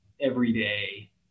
everyday